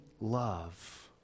love